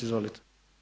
Izvolite!